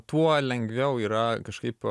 tuo lengviau yra kažkaip